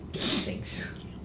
Thanks